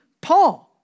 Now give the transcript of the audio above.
Paul